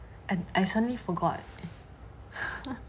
and I suddenly forgot